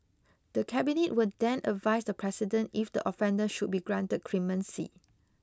the cabinet will then advise the president if the offender should be granted clemency